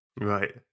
Right